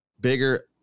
bigger